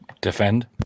Defend